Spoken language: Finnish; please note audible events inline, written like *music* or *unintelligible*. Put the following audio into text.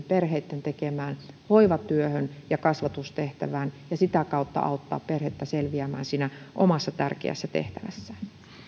*unintelligible* perheitten tekemään hoivatyöhön ja kasvatustehtävään ja sitä kautta auttaa perhettä selviämään siinä omassa tärkeässä tehtävässään